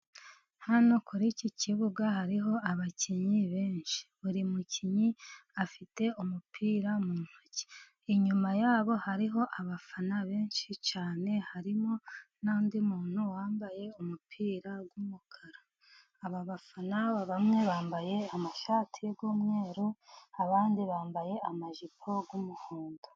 Hano kuri iki kibuga hariho abakinnyi benshi, buri mukinnyi afite umupira mu ntoki, inyuma yabo hariho abafana benshi cyane, harimo n'undi muntu wambaye umupira wumukara. Aba bafana bamwe bambaye amashati y'umweru, abandi bambaye amajipoy'umuhondo.